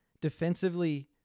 defensively